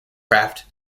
craft